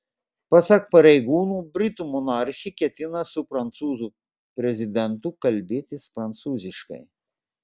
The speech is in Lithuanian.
pasak pareigūnų britų monarchė ketina su prancūzų prezidentu kalbėtis prancūziškai